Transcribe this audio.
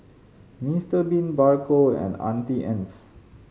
Mister Bean Bargo and Auntie Anne's